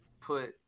put